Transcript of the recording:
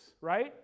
right